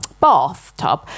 bathtub